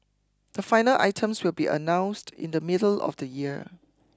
the final items will be announced in the middle of the year